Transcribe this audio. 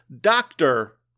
Doctor